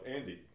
Andy